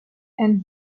and